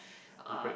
um